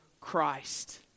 Christ